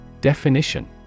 Definition